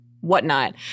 Whatnot